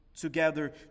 together